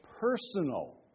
personal